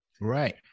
Right